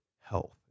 health